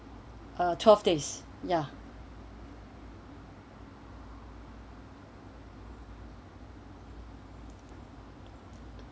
uh twelve day ya